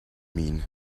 mean